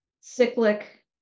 cyclic